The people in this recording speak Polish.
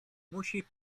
musi